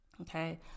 Okay